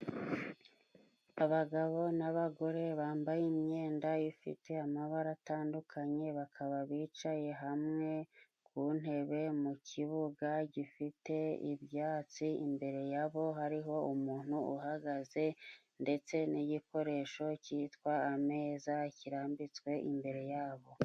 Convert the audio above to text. Abagabo n'abagore bambaye imyenda ifite amabara atandukanye bakaba bicaye hamwe ku ntebe mu kibuga gifite ibyatsi, imbere yabo hariho umuntu uhagaze ndetse n'igikoresho cyitwa ameza kirambitswe imbere yabo.